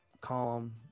calm